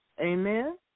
Amen